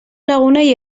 lagunei